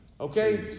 okay